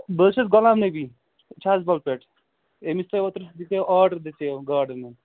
بہٕ حظ چھُس غلام نبی چھَژٕبَل پٮ۪ٹھ ییٚمِس تۄہہِ اوترٕ دِژے یَو آرڈر دِژے یَو گاڈَن